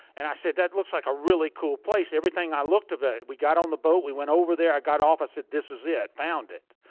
and i said, that looks like a really cool place. everything i looked we got on the boat, we went over there, i got off, i said, this is it. found it.